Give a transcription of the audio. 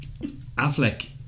Affleck